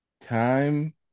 time